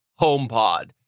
HomePod